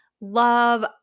love